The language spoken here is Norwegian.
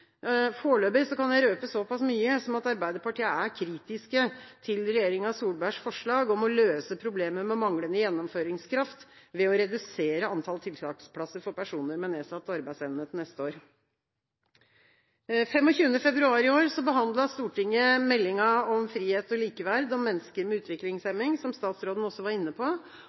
Foreløpig kan jeg røpe såpass mye som at Arbeiderpartiet er kritisk til regjeringa Solbergs forslag om å løse problemet med manglende gjennomføringskraft ved å redusere antall tiltaksplasser for personer med nedsatt arbeidsevne, til neste år. Den 25. februar i år behandlet Stortinget Meld. St. 45 for 2012–2013, Frihet og likeverd – Om mennesker med utviklingshemning, som statsråden også var inne på,